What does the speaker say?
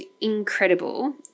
incredible